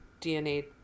DNA